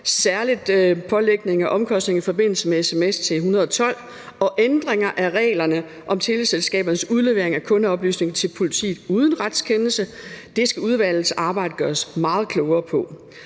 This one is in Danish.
særlig pålægning af omkostninger i forbindelse med sms til 112 og ændringer af reglerne om teleselskabernes udlevering af kundeoplysninger til politiet uden retskendelse skal udvalgsarbejdet gøre os meget klogere på.